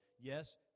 Yes